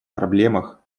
проблемах